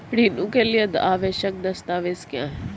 ऋण के लिए आवश्यक दस्तावेज क्या हैं?